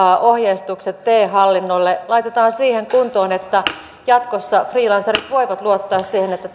ohjeistukset te hallinnolle laitetaan siihen kuntoon että jatkossa freelancerit voivat luottaa siihen että